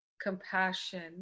compassion